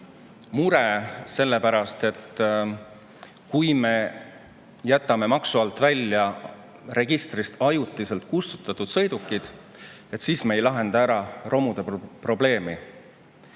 mure, et kui me jätame maksu alt välja registrist ajutiselt kustutatud sõidukid, siis me ei lahenda ära romude probleemi.